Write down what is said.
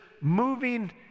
moving